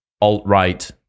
alt-right